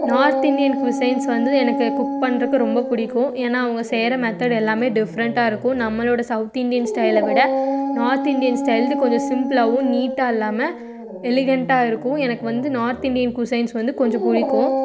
north Indian cuisines வந்து எனக்கு cook பண்ணுறக்கு ரொம்ப பிடிக்கும் ஏன்னா அவங்க செய்யற மெத்தடு எல்லாமே டிஃப்ரெண்டாக இருக்கும் நம்மளோட சௌத் இந்தியன் ஸ்டைலை விட நார்த் இந்தியன் ஸ்டைல்து கொஞ்சம் சிம்பிளாகவும் நீட்டாக இல்லாம எலிகெண்டாக இருக்கும் எனக்கு வந்து நார்த் இந்தியன் க்விசைன்ஸ் வந்து கொஞ்சம் பிடிக்கும்